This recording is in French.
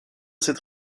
cette